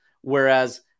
Whereas